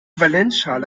valenzschale